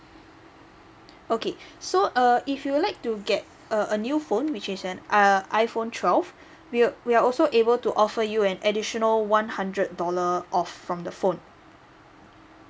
okay so uh if you'd like to get uh a new phone which is an ah iphone twelve we'll we are also able to offer you an additional one hundred dollar off from the phone